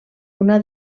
una